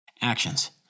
Actions